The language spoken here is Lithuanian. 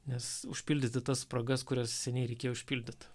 nes užpildyti tas spragas kurias seniai reikėjo užpildyt